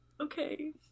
Okay